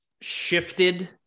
shifted